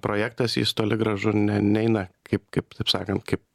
projektas jis toli gražu ne neina kaip kaip taip sakant kaip